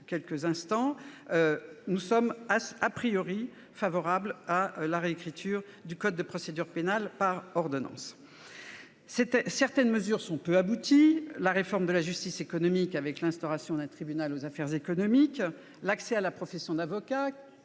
reviendrai. Nous sommes donc favorables à la réécriture du code de procédure pénale par ordonnance. Certaines mesures restent peu abouties, dont la réforme de la justice économique avec l'instauration d'un tribunal des activités économiques ou l'accès à la profession d'avocat,